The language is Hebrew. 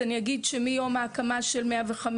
אני אגיד שמיום ההקמה של 105,